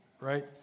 right